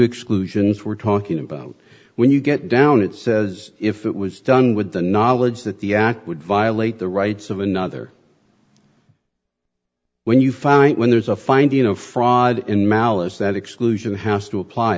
exclusions we're talking about when you get down it says if it was done with the knowledge that the act would violate the rights of another when you find when there's a finding of fraud in malice that exclusion has to apply